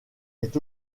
est